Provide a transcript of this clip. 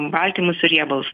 baltymus ir riebalus